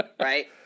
Right